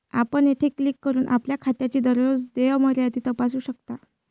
आपण येथे क्लिक करून आपल्या खात्याची दररोज देय मर्यादा तपासू शकता